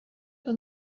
que